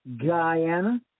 Guyana